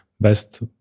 best